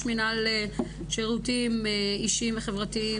ראש מינהל שירותים אישיים וחברתיים,